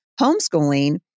homeschooling